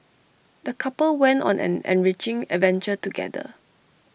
the couple went on an enriching adventure together